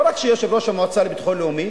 לא רק שהוא יושב-ראש המועצה לביטחון לאומי,